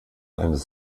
eines